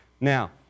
Now